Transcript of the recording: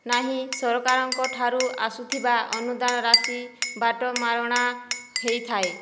ନାହିଁ ସରକାରଙ୍କ ଠାରୁ ଆସୁଥିବା ଅନୁଦାନ ରାଶି ବାଟମାରଣା ହେଇଥାଏ